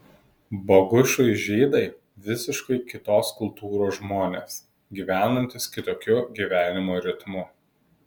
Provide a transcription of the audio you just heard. bogušui žydai visiškai kitos kultūros žmonės gyvenantys kitokiu gyvenimo ritmu